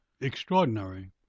Extraordinary